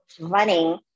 running